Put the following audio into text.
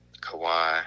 Kawhi